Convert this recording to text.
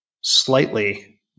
slightly